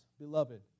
beloved